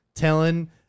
Telling